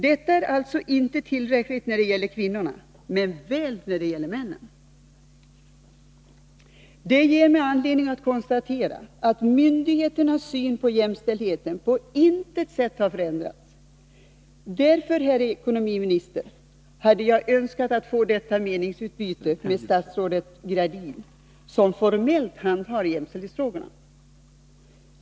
Detta är alltså inte tillräckligt när det gäller kvinnorna, men väl när det gäller männen. Det ger mig anledning konstatera, att myndigheternas syn på jämställdheten på intet sätt har förändrats. Därför, herr finansminister, hade jag Önskat att få detta meningsutbyte med statsrådet Gradin, som formellt handhar jämställdhetsfrågorna.